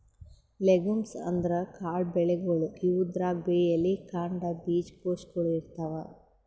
legumes ಅಂದ್ರ ಕಾಳ್ ಬೆಳಿಗೊಳ್, ಇವುದ್ರಾಗ್ಬಿ ಎಲಿ, ಕಾಂಡ, ಬೀಜಕೋಶಗೊಳ್ ಇರ್ತವ್